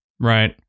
Right